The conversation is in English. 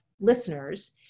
listeners